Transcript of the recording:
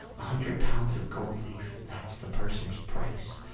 a hundred pounds of gold leaf that's the purser's price.